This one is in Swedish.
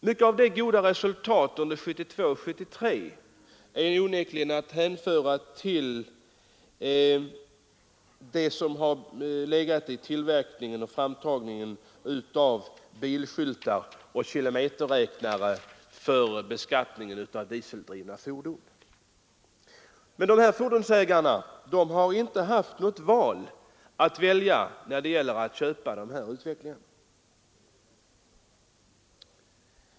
Mycket av de goda resultaten under 1972 och 1973 är onekligen att hänföra till den sektor som stått för tillverkningen och framtagningen av bilskyltar och kilometerräknare för beskattning av dieseldrivna fordon. Men ägarna av dessa dieseldrivna fordon har inte haft någon möjlighet att välja vid inköpet av sådana produkter.